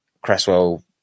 Cresswell